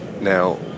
Now